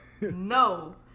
no